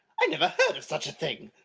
i never heard of such a thing!